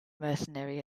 mercenary